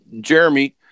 Jeremy